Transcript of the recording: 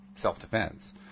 self-defense